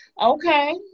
Okay